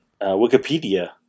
Wikipedia